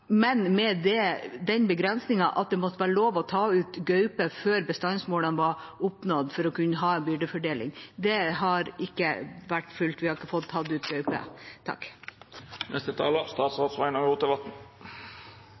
men med den begrensningen at det måtte være lov å ta ut gaupe før bestandsmålene var oppnådd, for å kunne ha en byrdefordeling. Det har ikke vært fulgt, vi har ikke fått tatt ut